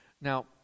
Now